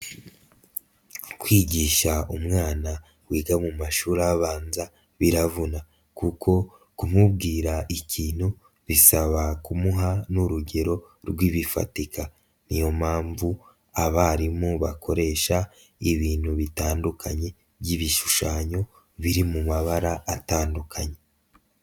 Kwigisha umwana wiga mu mashuri abanza biravuna kuko kumubwira ikintu bisaba kumuha n'urugero rw'ibifatika, ni yo mpamvu abarimu bakoresha ibintu bitandukanye by'ibishushanyo biri mu mabara atandukanye.